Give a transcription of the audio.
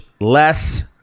less